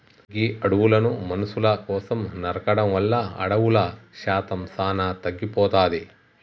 గీ అడవులను మనుసుల కోసం నరకడం వల్ల అడవుల శాతం సానా తగ్గిపోతాది